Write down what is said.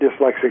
dyslexic